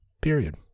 Period